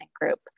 group